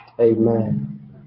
Amen